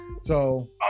So-